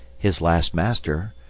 his last master,